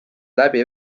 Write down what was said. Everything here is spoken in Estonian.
läbi